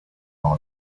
all